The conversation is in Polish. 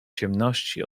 ciemności